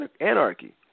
anarchy